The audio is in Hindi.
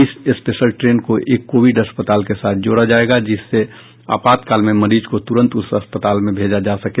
इस स्पेशल ट्रेन को एक कोविड अस्पताल के साथ जोड़ा जायेगा जिससे आपातकाल में मरीज को तुरंत उस अस्पताल में भेजा जा सके